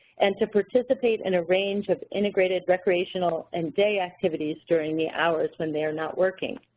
and to participate in a range of integrated recreational and day activities during the hours when they are not working.